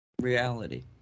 reality